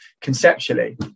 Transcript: conceptually